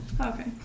Okay